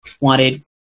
wanted